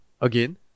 again